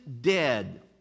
dead